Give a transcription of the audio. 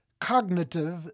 cognitive